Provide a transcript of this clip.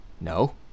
No